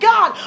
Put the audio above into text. God